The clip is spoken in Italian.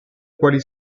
quali